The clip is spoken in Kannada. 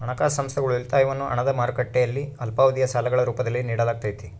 ಹಣಕಾಸು ಸಂಸ್ಥೆಗಳು ಉಳಿತಾಯವನ್ನು ಹಣದ ಮಾರುಕಟ್ಟೆಯಲ್ಲಿ ಅಲ್ಪಾವಧಿಯ ಸಾಲಗಳ ರೂಪದಲ್ಲಿ ನಿಡಲಾಗತೈತಿ